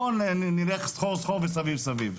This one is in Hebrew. לא נלך סחור סחור וסביב סביב.